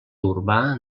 urbà